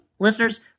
Listeners